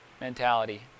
mentality